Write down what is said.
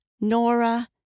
Nora